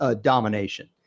domination